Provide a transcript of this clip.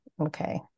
okay